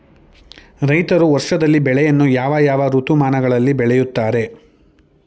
ರೈತರು ವರ್ಷದಲ್ಲಿ ಬೆಳೆಯನ್ನು ಯಾವ ಯಾವ ಋತುಮಾನಗಳಲ್ಲಿ ಬೆಳೆಯುತ್ತಾರೆ?